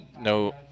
no